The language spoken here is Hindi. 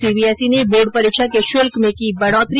सीबीएसई ने बोर्ड परीक्षा के शुल्क में की बढोतरी